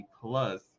Plus